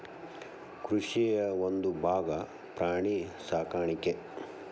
ಕೃಷಿಯ ಒಂದುಭಾಗಾ ಪ್ರಾಣಿ ಸಾಕಾಣಿಕೆ